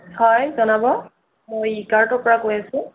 হয় জনাব মই ই কাৰ্টৰ পৰা কৈ আছোঁ